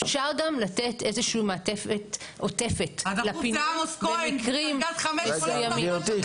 אפשר גם לתת איזשהו מעטפת עוטפת במקרים מסוימים.